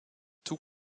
tout